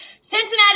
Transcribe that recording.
Cincinnati